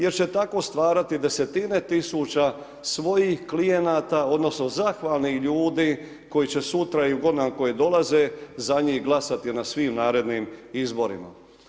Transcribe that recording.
Jer će tako stvarati desetine tisuća svojih klijenata odnosno zahvalnih ljudi koji će sutra i u godinama koje dolaze za njih glasati na svim narednim izborima.